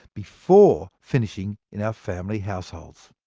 before finishing in our family households.